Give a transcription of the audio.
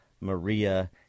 Maria